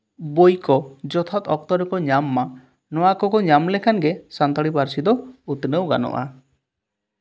ᱵᱳᱭ ᱠᱚ ᱡᱚᱛᱷᱟᱛ ᱚᱠᱛᱚ ᱨᱮᱠᱚ ᱧᱟᱢ ᱢᱟ ᱱᱚᱶᱟ ᱠᱚᱠᱚ ᱧᱟᱢ ᱞᱮᱠᱷᱟᱱ ᱜᱮ ᱥᱟᱱᱛᱟᱲᱤ ᱯᱟᱹᱨᱥᱤ ᱫᱚ ᱩᱛᱱᱟᱹᱣ ᱜᱟᱱᱚᱜᱼᱟ